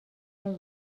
are